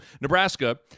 Nebraska